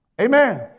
Amen